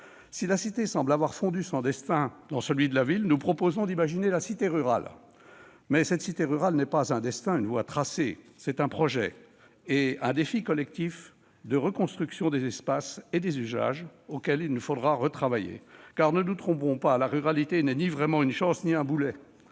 Si la cité semble avoir fondu son destin dans celui de la ville, nous proposons d'imaginer la cité rurale : elle n'est pas un destin, une voie tracée, mais un projet, un défi collectif de reconstruction des espaces et des usages, auquel il nous faudra retravailler. Ne nous trompons pas, la ruralité n'est ni vraiment une chance ni un boulet